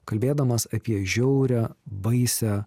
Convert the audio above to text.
kalbėdamas apie žiaurią baisią